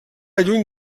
lluny